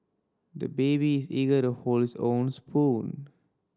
the baby is eager to hold his own spoon